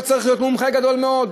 לא צריך להיות מומחה גדול מאוד,